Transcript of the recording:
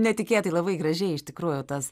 netikėtai labai gražiai iš tikrųjų tas